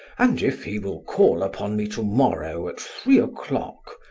and if he will call upon me tomorrow at three o'clock,